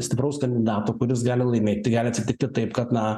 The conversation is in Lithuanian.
stipraus kandidato kuris gali laimėti gali atsitikti taip kad na